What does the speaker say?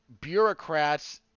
bureaucrats